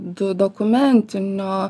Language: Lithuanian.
du dokumentinio